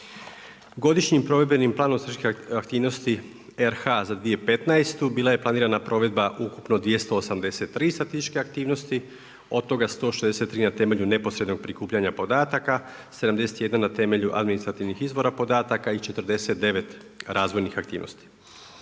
Godišnjem provedbenim planom statističke aktivnosti RH za 2015. bila je planirana provedba ukupno 283 statističke aktivnosti, od toga 163 na temelju neposredno prikupljanja podataka, 71 na temelju administrativnih izvora podataka i 49 razvojnih aktivnosti.